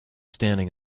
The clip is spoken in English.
standing